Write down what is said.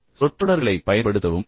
சொற்றொடர்களைப் பயன்படுத்துங்கள்